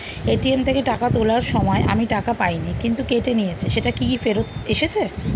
ATM থেকে টাকা তোলার সময় আমি টাকা পাইনি কিন্তু কেটে নিয়েছে সেটা কি ফেরত এসেছে?